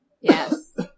Yes